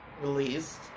released